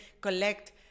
collect